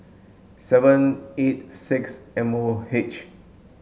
seven eight six M O H